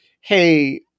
hey